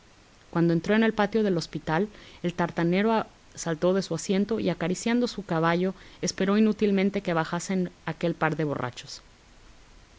cuando entró en el patio del hospital el tartanero saltó de su asiento y acariciando su caballo esperó inútilmente que bajasen aquel par de borrachos